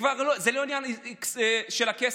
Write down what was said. זה לא עניין של הכסף,